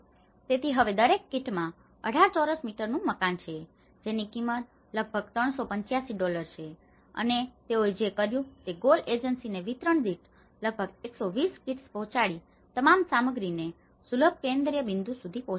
તેથી હવે દરેક કીટમાં 18 ચોરસ મીટરનું મકાન છે જેની કિંમત લગભગ 385 ડોલર છે અને તેઓએ જે કર્યું તે GOAL એજન્સીએ વિતરણ દીઠ લગભગ 120 કિટ્સ પહોંચાડીને તમામ સામગ્રીને સુલભ કેન્દ્રિય બિંદુઓ સુધી પહોંચાડી છે